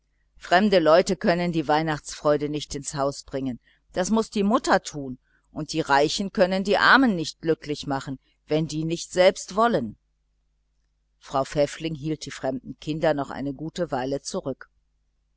fremde leute können die weihnachtsfreude nicht ins haus bringen das muß die mutter tun und die reichen können die armen nicht glücklich machen wenn die nicht selbst wollen frau pfäffling hielt die fremden kinder noch eine gute weile zurück